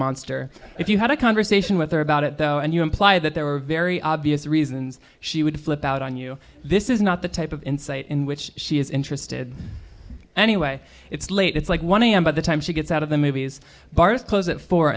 monster if you had a conversation with her about it though and you imply that there were very obvious reasons she would flip out on you this is not the type of insight in which she is interested anyway it's late it's like one am by the time she gets out of the movies bars close at four